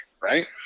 Right